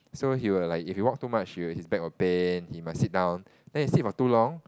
so he will like if he walk too much his will his back will pain he must sit then he sit for too long